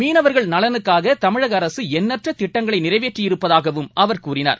மீனவர்கள் நலனுக்காக தமிழக அரசு என்னாற்ற திட்டங்களை நிறைவேற்றி இருப்பதாகவும் அவர் கூறினார்